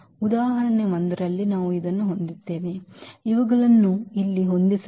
ಉದಾಹರಣೆ 1 ರಲ್ಲಿ ನಾವು ಇದನ್ನು ಹೊಂದಿದ್ದೇವೆ ಇವುಗಳನ್ನು ಇಲ್ಲಿ ಹೊಂದಿಸಲಾಗಿದೆ and ಮತ್ತು ನಂತರ ನಾವು